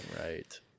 right